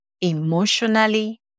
emotionally